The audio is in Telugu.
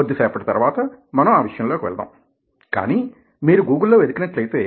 కొద్దిసేపటి తరువాత మనం ఆ విషయం లోకి వెళదాం కానీ మీరు గూగుల్ లో వెదికినట్లయితే